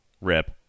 Rip